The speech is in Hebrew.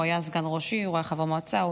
הוא היה סגן ראש עיר, הוא היה חבר מועצה.